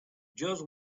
just